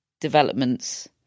developments